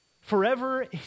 forever